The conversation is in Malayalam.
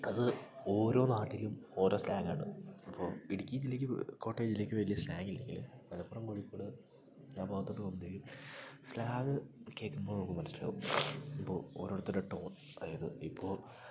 അത് ഓരോ നാട്ടിലും ഓരോ സ്ലാങ്ങാണ് അപ്പോള് ഇടുക്കി ജില്ലയ്ക്കും കോട്ടയം ജില്ലയ്ക്കും വലിയ സ്ലാങ്ങില്ലെങ്കില് മലപ്പുറം കോഴിക്കോട് ആ ഭാഗത്തോട്ട് പോകുമ്പോഴത്തേക്കും സ്ലാങ്ങ് കേള്ക്കുമ്പോള് നമുക്കു മനസ്സിലാവും ഇപ്പോള് ഓരോരുത്തടെ ടോൺ അതായത് ഇപ്പോള്